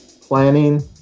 planning